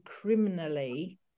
criminally